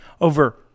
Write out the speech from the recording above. over